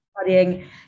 studying